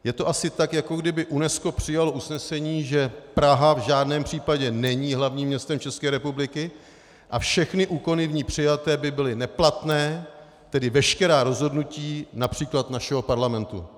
Je to asi tak, jako kdyby UNESCO přijalo usnesení, že Praha v žádném případě není hlavním městem České republiky, a všechny úkony v ní přijaté by byly neplatné, tedy veškerá rozhodnutí např. našeho Parlamentu.